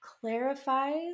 clarifies